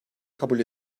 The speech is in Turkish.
kabul